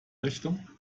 richtung